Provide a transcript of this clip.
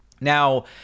Now